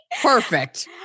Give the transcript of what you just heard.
Perfect